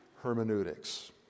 hermeneutics